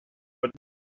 but